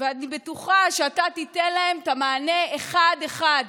ואני בטוחה שאתה תיתן להם את המענה אחד-אחד,